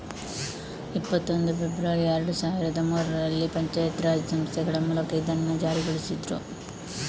ಇಪ್ಪತ್ತೊಂದು ಫೆಬ್ರವರಿ ಎರಡು ಸಾವಿರದ ಮೂರರಲ್ಲಿ ಪಂಚಾಯತ್ ರಾಜ್ ಸಂಸ್ಥೆಗಳ ಮೂಲಕ ಇದನ್ನ ಜಾರಿಗೊಳಿಸಿದ್ರು